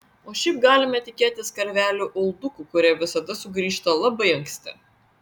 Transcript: o šiaip galime tikėtis karvelių uldukų kurie visada sugrįžta labai anksti